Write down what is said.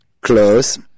Close